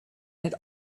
had